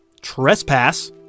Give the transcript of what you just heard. Trespass